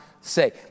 say